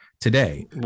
today